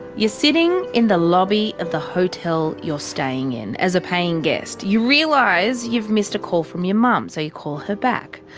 you're sitting in the lobby of the hotel you're staying in, as a paying guest. you realise you've missed a call from your mum so you call her back.